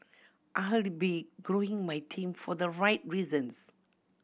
I had be growing my team for the right reasons